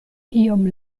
iom